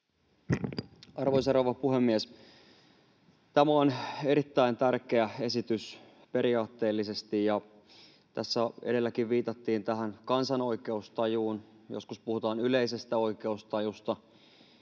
Arvoisa rouva puhemies! Tämä on erittäin tärkeä esitys periaatteellisesti. Tässä edelläkin viitattiin tähän kansan oikeustajuun, joskus puhutaan yleisestä oikeustajusta.